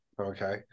Okay